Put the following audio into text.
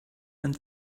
and